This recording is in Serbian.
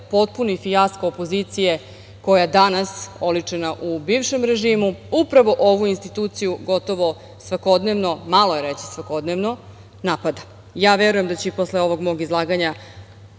potpuni fijasko opozicije koja danas, oličena u bivšem režimu, upravo ovu instituciju gotovo svakodnevno, malo je reći svakodnevno, napada. Verujem da će i posle ovog mog izlaganja